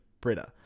Britta